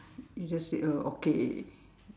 you just said oh okay